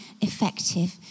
effective